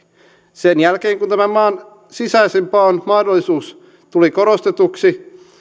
sen jälkeen kun tämä maan sisäisen paon mahdollisuus tuli korostetuksi